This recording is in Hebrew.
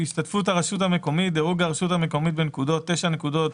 השתתפות הרשות המקומית דירוג הרשות המקומית בנקודות % השתתפות 9 נקודות